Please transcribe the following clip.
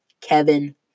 Kevin